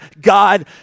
God